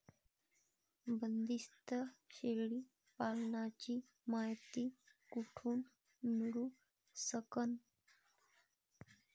बंदीस्त शेळी पालनाची मायती कुठून मिळू सकन?